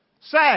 Say